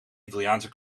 italiaanse